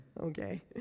okay